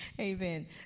amen